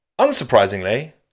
Unsurprisingly